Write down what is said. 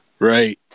Right